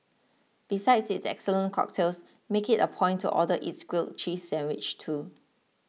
besides its excellent cocktails make it a point to order its grilled cheese sandwich too